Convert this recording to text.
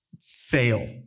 fail